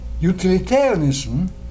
utilitarianism